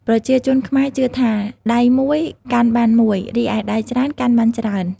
ប្រជាជនខ្មែរជឿថា “ដៃមួយ កាន់បានមួយ រីឯដៃច្រើន កាន់បានច្រើន”។